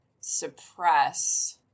suppress